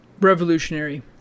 Revolutionary